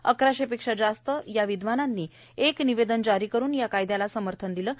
अकराशे पेक्षा जास्त विदवानांनी एक निवेदन जारी करून या कायद्याला समर्थन दिलं आहे